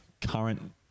current